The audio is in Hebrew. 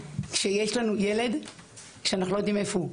כאשר יש לנו ילד שאנחנו לא יודעים איפה הוא.